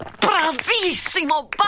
Bravissimo